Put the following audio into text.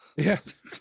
Yes